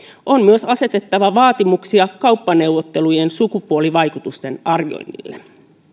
on myös asetettava vaatimuksia kauppaneuvottelujen sukupuolivaikutusten arvioinnille